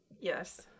Yes